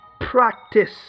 practice